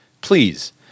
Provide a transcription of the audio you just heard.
please